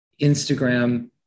Instagram